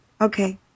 Okay